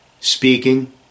speaking